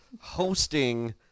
hosting